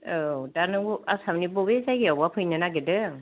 औ दा नों आसामनि बबे जायगायावबा फैनो नागिरदों